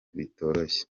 bitoroshye